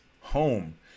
home